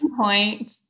point